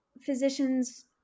physicians